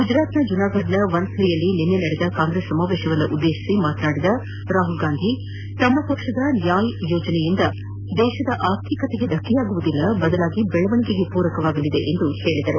ಗುಜರಾತ್ನ ಜುನಾಗಢ್ನ ವಂಥ್ಲಿಯಲ್ಲಿ ನಿನ್ನೆ ನಡೆದ ಕಾಂಗ್ರೆಸ್ ಸಮಾವೇಶವನ್ನುದ್ದೇತಿಸಿ ಮಾತನಾಡಿದ ರಾಹುಲ್ ಗಾಂಧಿ ತಮ್ಮ ಪಕ್ಷದ ನ್ಯಾಯ್ ಯೋಜನೆಯಿಂದ ದೇಶದ ಆರ್ಥಿಕತೆಗೆ ಧಕ್ಕೆಯಾಗುವುದಿಲ್ಲ ಬದಲಿಗೆ ಬೆಳವಣಿಗೆಗೆ ಪೂರಕವಾಗಲಿದೆ ಎಂದು ಹೇಳಿದರು